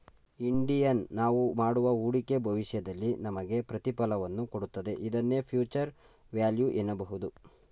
Indian ನಾವು ಮಾಡುವ ಹೂಡಿಕೆ ಭವಿಷ್ಯದಲ್ಲಿ ನಮಗೆ ಪ್ರತಿಫಲವನ್ನು ಕೊಡುತ್ತದೆ ಇದನ್ನೇ ಫ್ಯೂಚರ್ ವ್ಯಾಲ್ಯೂ ಎನ್ನಬಹುದು